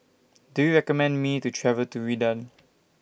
Do YOU recommend Me to travel to Riyadh